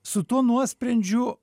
su tuo nuosprendžiu